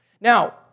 Now